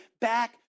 back